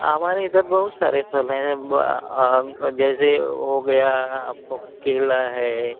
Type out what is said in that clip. हमारे इधर बहुत सारे फल हैं जैसे हो गया आपको केला है